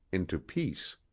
into peace.